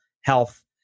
health